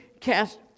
cast